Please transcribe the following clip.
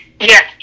Yes